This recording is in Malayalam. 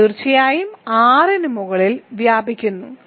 ഇത് തീർച്ചയായും R ന് മുകളിലായി വ്യാപിക്കുന്നു